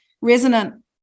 resonant